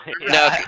No